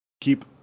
keep